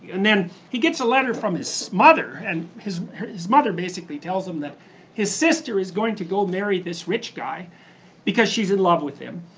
and then, he gets a letter from his mother and his his mother basically tells him that his sister's going to go marry this rich guy because she's in love with him,